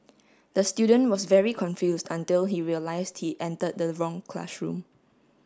the student was very confused until he realised he entered the wrong classroom